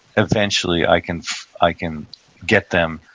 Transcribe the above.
eventually i can i can get them,